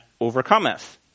overcometh